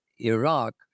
Iraq